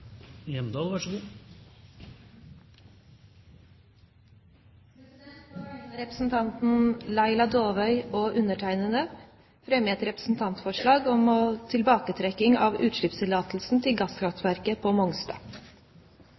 Hjemdal vil framsette et representantforslag. På vegne av representanten Laila Dåvøy og undertegnede fremmer jeg et representantforslag om tilbaketrekking av utslippstillatelsen til gasskraftverket på